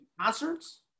concerts